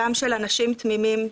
דם של אנשים תמימים,